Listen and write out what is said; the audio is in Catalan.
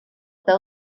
peu